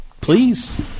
Please